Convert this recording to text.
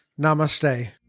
Namaste